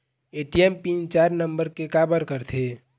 ATM PIN चार number के काबर करथे?